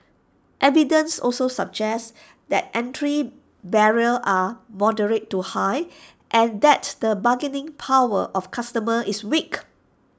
evidence also suggests that entry barriers are moderate to high and that the bargaining power of customers is weak